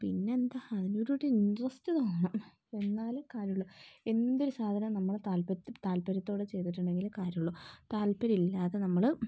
പിന്നെ എന്താണ് അതിനോടൊരു ഇൻറ്ററസ്റ്റ് തോന്നണം എന്നാലേ കാര്യം ഉള്ളൂ എന്തൊരു സാധനവും നമ്മൾ താല്പര്യം താൽപര്യത്തോടെ ചെയ്തിട്ടുണ്ടെങ്കിലേ കാര്യമുള്ളൂ താല്പര്യമില്ലാതെ നമ്മൾ